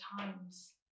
times